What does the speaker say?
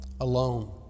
alone